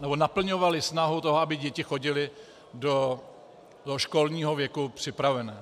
nebo naplňovali snahu toho, aby děti chodily do školního věku připravené.